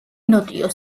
ნოტიო